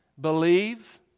believe